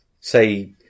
say